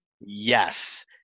Yes